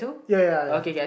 ya ya ya